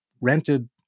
rented